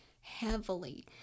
heavily